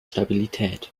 stabilität